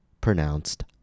pronounced